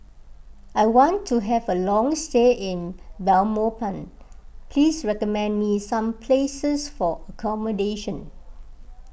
I want to have a long stay in Belmopan please recommend me some places for accommodation